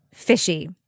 fishy